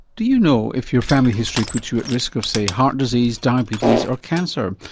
do you know if your family history puts you at risk of, say, heart disease, diabetes or cancer,